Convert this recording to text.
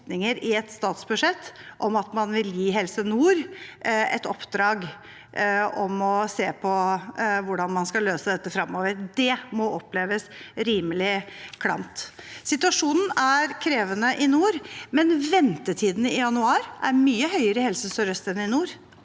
i et statsbudsjett om at man vil gi Helse nord et oppdrag om å se på hvordan man skal løse dette fremover. Det må oppleves rimelig klamt. Situasjonen er krevende i nord, men ventetiden i januar er mye høyere i Helse sør-øst enn i nord.